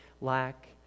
lack